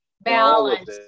Balance